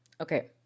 Okay